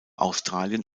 australien